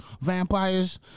vampires